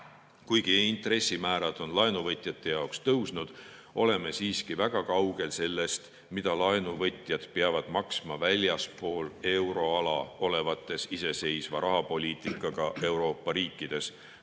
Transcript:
Kuigi intressimäärad on laenuvõtjate jaoks tõusnud, oleme siiski väga kaugel sellest, mida laenuvõtjad peavad maksma väljaspool euroala olevates iseseisva rahapoliitikaga Euroopa riikides.